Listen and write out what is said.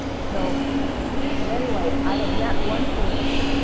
so but anyway, i had met one person,